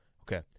Okay